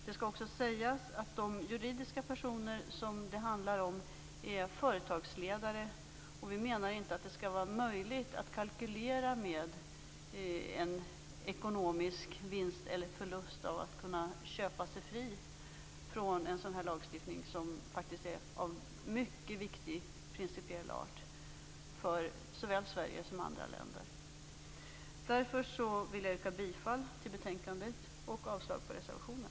Det skall också sägas att de juridiska personer som det handlar om är företagsledare. Vi menar att det inte skall vara möjligt att kalkylera med en ekonomisk vinst eller förlust genom att man köper sig fri från en sådan här lagstiftning, som faktiskt är av mycket viktig principiell art för såväl Sverige som andra länder. Därför vill jag yrka bifall till betänkandet och avslag på reservationen.